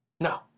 no